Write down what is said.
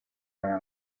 para